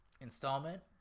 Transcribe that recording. installment